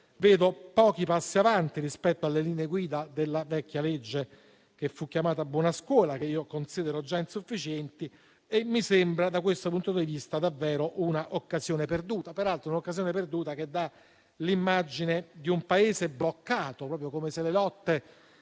vedo pochi passi avanti rispetto alle linee guida della vecchia legge che fu chiamata "buona scuola", che io considero insufficienti, e mi sembra da questo punto di vista davvero una occasione perduta. Peraltro, è un'occasione perduta che dà l'immagine di un Paese bloccato, proprio come se le lotte